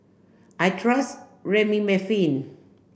I trust Remifemin